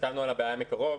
הסתכלנו על הבעיה מקרוב.